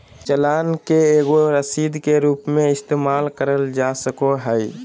चालान के एगो रसीद के रूप मे इस्तेमाल करल जा सको हय